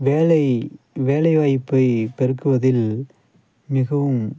வேலை வேலைவாய்ப்பை பெருக்குவதில் மிகவும்